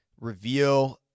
reveal